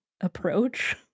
approach